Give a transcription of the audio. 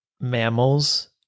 mammals